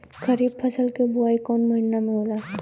खरीफ फसल क बुवाई कौन महीना में होला?